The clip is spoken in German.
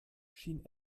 schien